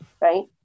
Right